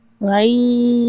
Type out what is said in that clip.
Bye